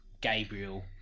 Gabriel